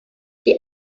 die